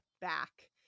back